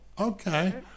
Okay